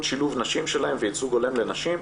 שילוב נשים שלהן וייצוג הולם לנשים,